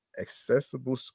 accessible